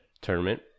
tournament